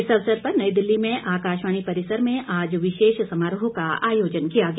इस अवसर पर नई दिल्ली में आकाशवाणी परिसर में आज विशेष समारोह का आयोजन किया गया